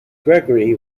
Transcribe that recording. gregory